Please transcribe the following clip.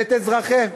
ואת אזרחי,